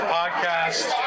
podcast